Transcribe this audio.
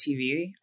TV